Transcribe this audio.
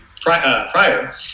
prior